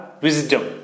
wisdom